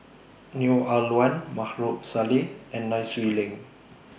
Neo Ah Luan Maarof Salleh and Nai Swee Leng